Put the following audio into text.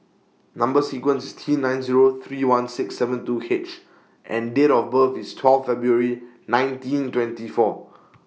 Number sequence IS T nine Zero three one six seven two H and Date of birth IS twelve February nineteen twenty four